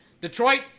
Detroit